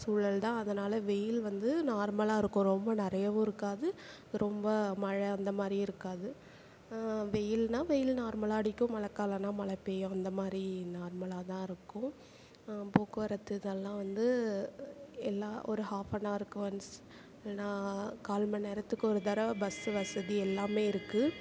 சூழல் தான் அதனால் வெயில் வந்து நார்மலாக இருக்கும் ரொம்ப நிறையவும் இருக்காது ரொம்ப மழை அந்த மாதிரியும் இருக்காது வெயில்னால் வெயில் நார்மலாக அடிக்கும் மழைக்காலம்னா மழை பெய்யும் அந்த மாதிரி நார்மலாக தான் இருக்கும் போக்குவரத்து இதெல்லாம் வந்து எல்லா ஒரு ஹாஃப் அன் ஹவர்க்கு ஒன்ஸ் இல்லைனா கால் மணி நேரத்துக்கு ஒரு தடவை பஸ் வசதி எல்லாமே இருக்குது